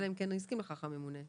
אלא אם כן הסכים לכך הממונה.